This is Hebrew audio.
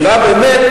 נראה באמת,